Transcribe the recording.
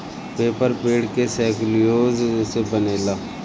paper पेड़ के cellulose से बनेला